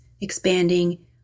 expanding